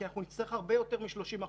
כי אנחנו נצטרך הרבה יותר מ-30%.